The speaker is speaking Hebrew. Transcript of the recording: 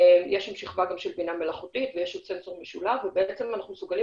יש שם שכבה של בינה מלאכותית ויש סנסור משולב ואנחנו מסוגלים